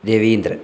Raveendran